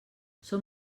són